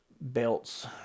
Belts